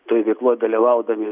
toj veikloj dalyvaudami